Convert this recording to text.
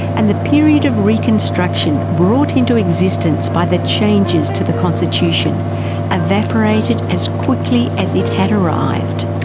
and the period of reconstruction brought into existence by the changes to the constitution evaporated as quickly as it had arrived.